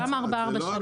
גם ב-443.